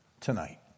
tonight